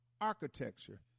architecture